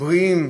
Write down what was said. בריאות